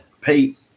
Pete